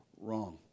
wrong